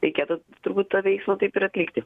reikėtų turbūt tą veiksmą taip ir atlikti